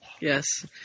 Yes